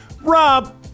Rob